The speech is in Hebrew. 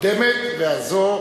הקודמת והזו,